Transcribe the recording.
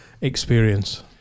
experience